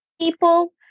people